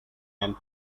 and